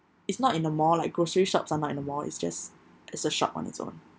it's not in the mall like grocery shops are not in the mall it's just it's a shop on its own